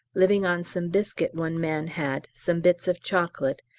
living on some biscuit one man had, some bits of chocolate,